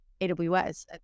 AWS